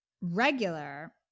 regular